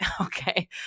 okay